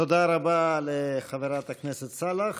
תודה רבה לחברת הכנסת סאלח.